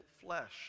flesh